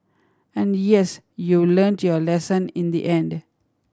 and yes you learnt your lesson in the end